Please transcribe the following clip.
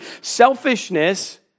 Selfishness